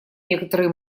некоторые